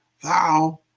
thou